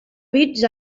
bits